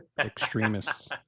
extremists